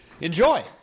enjoy